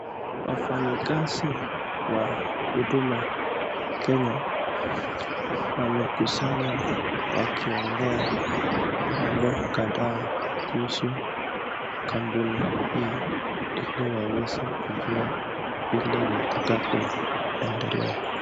Wafanyi kazi wa huduma Kenya wamekusanya wakiongea mambo kadhaa kuhusu kambuni hii ili waweze kujua vile watakapo endelea.